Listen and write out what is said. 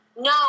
No